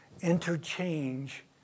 interchange